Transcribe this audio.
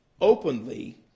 openly